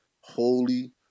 holy